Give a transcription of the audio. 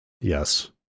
Yes